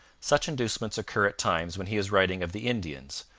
such inducements occur at times when he is writing of the indians,